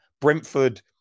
Brentford